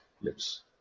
lips